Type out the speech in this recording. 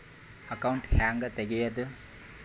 Account ಹ್ಯಾಂಗ ತೆಗ್ಯಾದು?